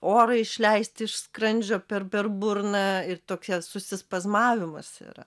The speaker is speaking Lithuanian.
orą išleisti iš skrandžio per per burną ir tokia susispazmavimas yra